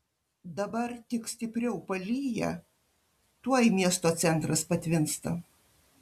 dabar tik stipriau palyja tuoj miesto centras patvinsta